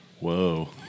Whoa